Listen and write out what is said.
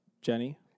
Jenny